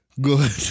Good